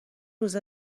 روز